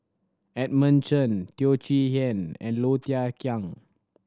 Edmund Chen Teo Chee Hean and Low Thia Khiang